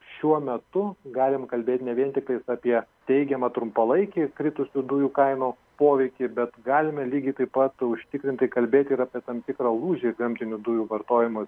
šiuo metu galim kalbėt ne vien tiktais apie teigiamą trumpalaikį kritusių dujų kainų poveikį bet galime lygiai taip pat užtikrintai kalbėti ir apie tam tikrą lūžį gamtinių dujų vartojimo